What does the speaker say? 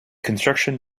construction